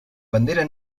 bandera